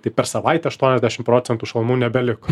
tai per savaitę aštuoniasdešim procentų šalmų nebeliko